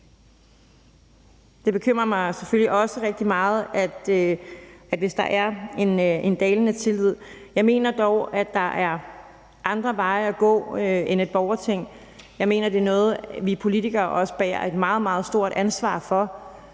Det bekymrer mig selvfølgelig også rigtig meget, hvis der er en dalende tillid. Jeg mener dog, at der er andre veje at gå end at lave et borgerting. Jeg mener, det er noget, vi politikere også bærer et meget, meget stort ansvar for,